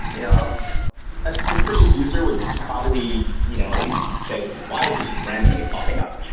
you know a suspicious user would probably you know at least say, why is this just randomly popping up?